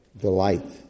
Delight